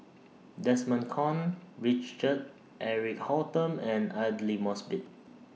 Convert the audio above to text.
Desmond Kon Richard Eric Holttum and Aidli Mosbit